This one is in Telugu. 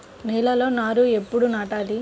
నేలలో నారు ఎప్పుడు నాటాలి?